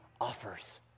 offers